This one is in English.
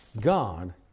God